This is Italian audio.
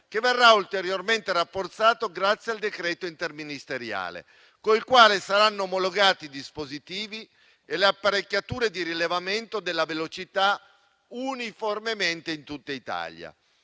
che verrà ulteriormente rafforzato grazie al decreto interministeriale, con il quale saranno omologati i dispositivi e le apparecchiature di rilevamento della velocità uniformemente in tutta Italia.